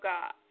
God